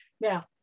Now